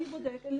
אני בודקת.